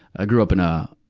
i grew up in a,